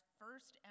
first